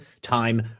time